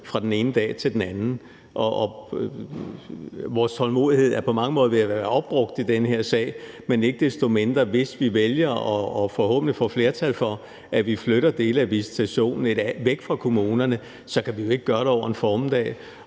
fra den ene dag til den anden. Og vores tålmodighed er på mange måder ved at være opbrugt i den her sag, men hvis vi ikke desto mindre vælger og forhåbentlig får flertal for, at vi flytter dele af visitationen væk fra kommunerne, så kan vi jo ikke gøre det over en formiddag.